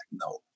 no